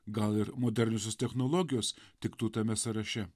gal ir moderniosios technologijos tiktų tame sąraše